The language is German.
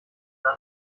mehr